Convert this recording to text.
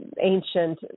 ancient